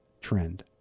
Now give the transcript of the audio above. trend